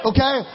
Okay